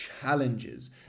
challenges